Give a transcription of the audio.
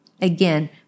Again